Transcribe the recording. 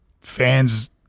fans